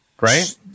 right